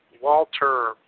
Walter